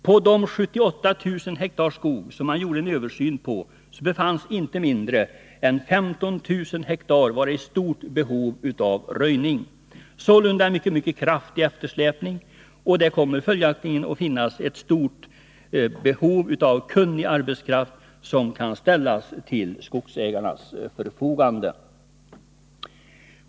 Av de 78 000 ha skog där man gjorde en översyn befanns inte mindre än 15 000 ha vara i stort behov av röjning — sålunda en mycket kraftig eftersläpning. Det kommer följaktligen att finnas ett stort behov av kunnig arbetskraft som kan ställas till skogsägarnas förfogande.